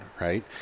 right